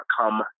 come